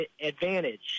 advantage